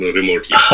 remotely